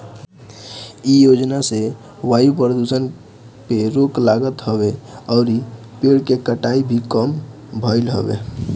इ योजना से वायु प्रदुषण पे रोक लागत हवे अउरी पेड़ के कटाई भी कम भइल हवे